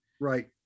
Right